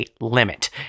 Limit